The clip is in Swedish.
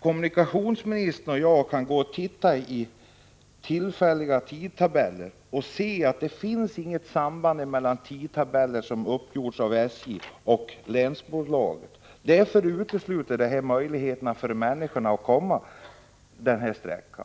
kommunikationsministern och jag tittar i tillfälliga tidtabeller, ser vi att det inte finns något samband mellan tidtabeller som uppgjorts av SJ och de som uppgjorts av länsbolagen. Detta utesluter möjligheten för människor att åka denna sträcka.